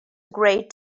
great